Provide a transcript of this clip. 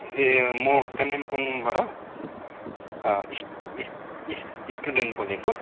ए म कालिम्पोङबाट इस इस इस स्टुडेन्ट बोलेको